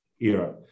era